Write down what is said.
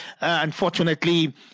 Unfortunately